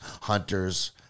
hunters